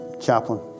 chaplain